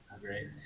great